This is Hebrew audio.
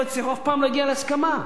לא הצליחו אף פעם להגיע להסכמה.